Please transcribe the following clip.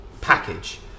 package